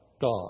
God